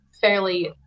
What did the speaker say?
fairly